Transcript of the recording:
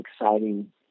exciting